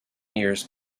years